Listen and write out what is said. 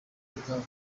ubwabo